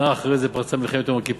שנה אחרי זה פרצה מלחמת יום הכיפורים,